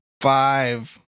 Five